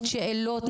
שאלות,